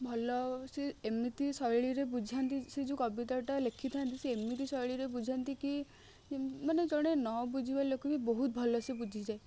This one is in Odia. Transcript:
ଭଲ ସେ ଏମିତି ଶୈଳିରେ ବୁଝାନ୍ତି ସେ ଯେଉଁ କବିତାଟା ଲେଖିଥାନ୍ତି ସିଏ ଏମିତି ଶୈଳିରେ ବୁଝାନ୍ତି କି ମାନେ ଜଣେ ନ ବୁଝିବା ଲୋକ ବି ବହୁତ ଭଲ ସେ ବୁଝିଯାଏ